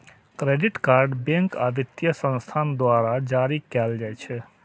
credit card bank आ वित्तीय संस्थान द्वारा जारी कैल जाइ छै